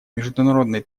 международной